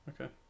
Okay